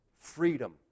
freedom